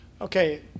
Okay